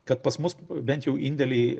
kad pas mus bent jau indėliai